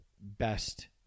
best